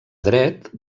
dret